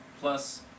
plus